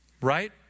Right